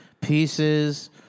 Pieces